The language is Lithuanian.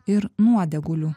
ir nuodėgulių